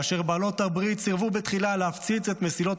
בעלות הברית סירבו תחילה להפציץ את מסילות